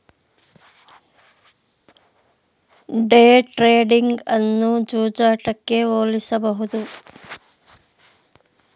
day trading ಅನ್ನು ಜೂಜಾಟಕ್ಕೆ ಹೋಲಿಸಬಹುದು